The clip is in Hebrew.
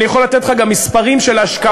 אני יכול לתת לך גם מספרים של השקעות.